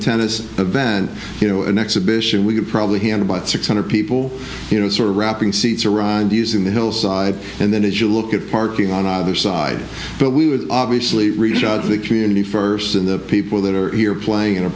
event you know an exhibition we could probably had about six hundred people you know sort of wrapping seats around using the hillside and then as you look at parking on either side but we would obviously reach out to the community first and the people that are here playing